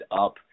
up